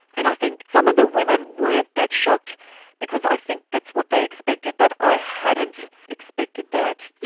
and i think some of the women weren't that shocked because i think that's what they expected but i hadn't expected that.